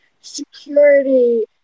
security